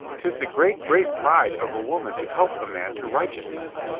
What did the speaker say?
tis the great, great pride of a woman to help a man to righteousness.